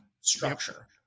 structure